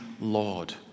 Lord